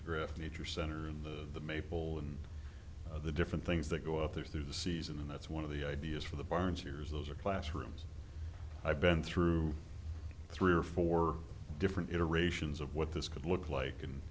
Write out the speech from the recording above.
graphic nature center and the maple and the different things that go up there through the season and that's one of the ideas for the barns years those are classrooms i've been through three or four different iterations of what this could look like and